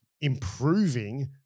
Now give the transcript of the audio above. improving